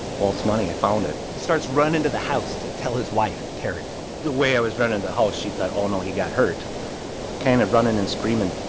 walt's money, i found it he starts running to the house to tell his wife, terri the way i was running to the house, she thought, oh, no, he got hurt kind of running and screaming.